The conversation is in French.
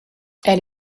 elle